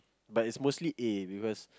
but is mostly A because